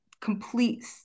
complete